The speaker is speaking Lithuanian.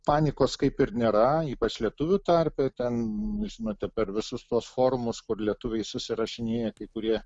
panikos kaip ir nėra ypač lietuvių tarpe ten žinote per visus tuos forumus kur lietuviai susirašinėja kai kurie